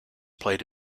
played